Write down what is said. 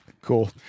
Cool